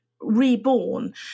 reborn